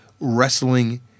Wrestling